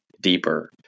deeper